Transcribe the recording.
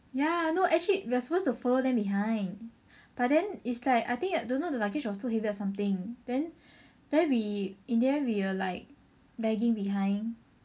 ya no actually we are supposed to follow them behind but then it's like I think don't know the luggage was too heavy or something then then we in the end we were like lagging behind